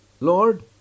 Lord